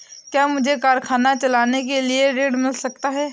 क्या मुझे कारखाना चलाने के लिए ऋण मिल सकता है?